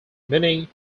meaning